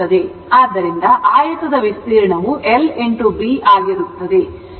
ಆದ್ದರಿಂದ ಆಯತದ ವಿಸ್ತೀರ್ಣವು lb ಆಗಿರುತ್ತದೆ